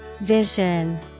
Vision